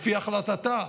לפי החלטתה,